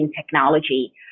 technology